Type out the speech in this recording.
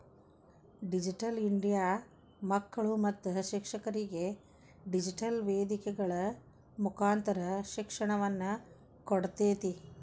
digital India ಮಕ್ಕಳು ಮತ್ತು ಶಿಕ್ಷಕರಿಗೆ ಡಿಜಿಟೆಲ್ ವೇದಿಕೆಗಳ ಮುಕಾಂತರ ಶಿಕ್ಷಣವನ್ನ ಕೊಡ್ತೇತಿ